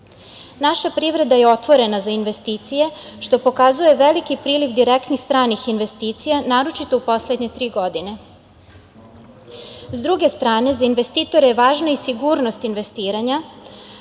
Naša privreda je otvorena za investicije, što pokazuje veliki priliv direktnih stranih investicija, naročito u poslednje tri godine.S druge strane, za investitore važna je i sigurnost investiranja,